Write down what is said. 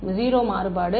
மாணவர் 0 மாறுபாடு